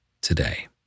today